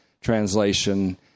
translation